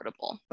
affordable